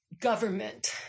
government